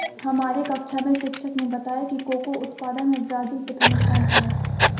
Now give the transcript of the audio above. हमारे कक्षा में शिक्षक ने बताया कि कोको उत्पादन में ब्राजील प्रथम स्थान पर है